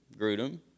Grudem